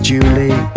Julie